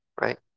right